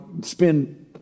spend